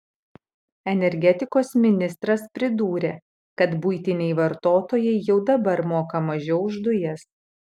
energetikos ministras pridūrė kad buitiniai vartotojai jau dabar moka mažiau už dujas